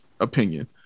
opinion